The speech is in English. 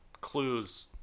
clues